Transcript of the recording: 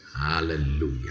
Hallelujah